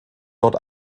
dort